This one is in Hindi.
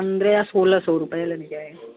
पंद्रह या सोलह सौ रुपये लग जाएंगे